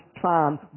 plan